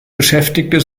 beschäftigte